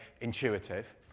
intuitive